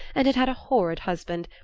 and had had a horrid husband,